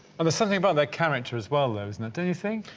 and there's something about their character as well though isn't it do you think?